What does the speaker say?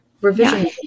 revision